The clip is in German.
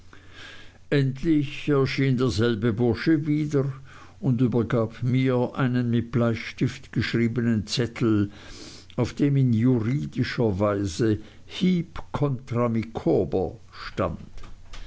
endlich erschien derselbe bursche wieder und übergab mir einen mit bleistift geschriebenen zettel auf dem in juridischer weise heep kontra micawber stand